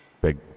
big